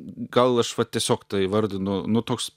gal aš va tiesiog tai įvardinu nu toks